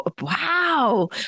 wow